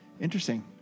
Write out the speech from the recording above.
Interesting